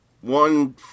one